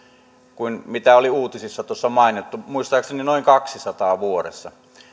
kuin mitä oli uutisissa tuossa mainittu muistaakseni noin kahdessasadassa vuodessa